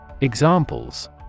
Examples